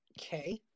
okay